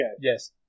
Yes